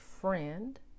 friend